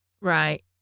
Right